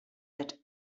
that